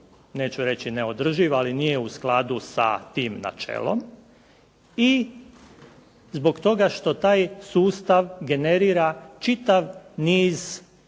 neću reći neodrživ, ali nije u skladu sa tim načelom. I zbog toga što taj sustav generira čitav niz